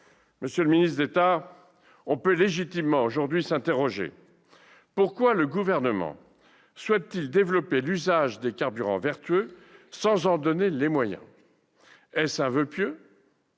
Monsieur le ministre d'État, on peut légitimement s'interroger. Pourquoi le Gouvernement souhaite-t-il développer l'usage des carburants vertueux, sans s'en donner les moyens ? Est-ce un voeu pieux ?